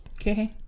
Okay